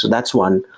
that's one.